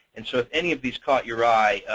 and so if any of these caught your eye,